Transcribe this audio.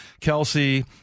Kelsey